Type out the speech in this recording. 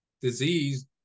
disease